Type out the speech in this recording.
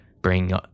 bring